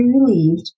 relieved